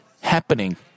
happening